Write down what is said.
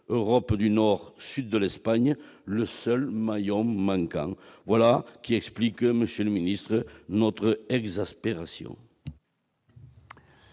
l'Europe du Nord au sud de l'Espagne, le seul maillon manquant. Voilà qui explique, monsieur le secrétaire d'État, notre exaspération.